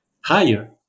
higher